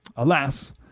Alas